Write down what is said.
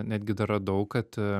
netgi dar radau kad